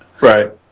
Right